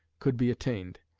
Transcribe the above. could be attained.